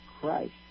Christ